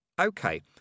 Okay